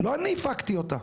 לא אני הפקתי אותה.